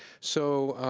so,